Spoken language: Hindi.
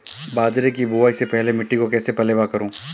बाजरे की बुआई से पहले मिट्टी को कैसे पलेवा करूं?